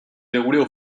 déroulait